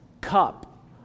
cup